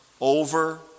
over